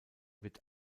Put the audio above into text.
wird